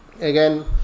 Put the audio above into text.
again